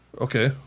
Okay